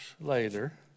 later